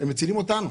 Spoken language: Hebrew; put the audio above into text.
הם מצילים אותנו.